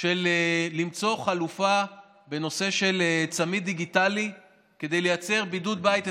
מציאת חלופה בנושא של צמיד דיגיטלי כדי לייצר בידוד בית אפקטיבי.